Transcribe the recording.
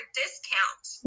discount